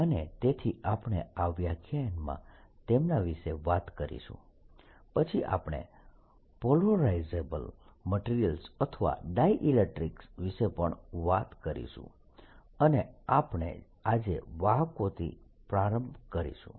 અને તેથી આપણે આ વ્યાખ્યાનમાં તેમના વિશે વાત કરીશું પછી આપણે પોલરાઈઝેબલ મટીરીયલ્સ અથવા ડાયઈલેક્ટ્રિકસ વિશે પણ વાત કરીશું અને આપણે આજે વાહકોથી પ્રારંભ કરીશું